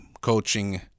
coaching